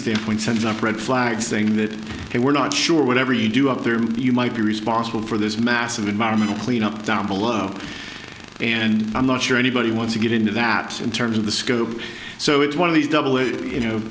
standpoint sends up red flags saying that hey we're not sure whatever you do up there you might be responsible for this massive environmental cleanup down below and i'm not sure anybody wants to get into that in terms of the scope so it's one of these double i